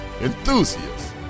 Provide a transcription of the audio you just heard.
enthusiasts